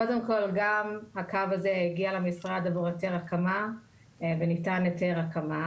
הקו הגיע למשרד עבור היתר הקמה וניתן היתר הקמה.